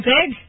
big